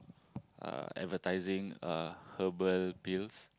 uh advertising uh herbal pills